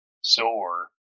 sore